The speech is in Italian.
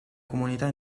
comunità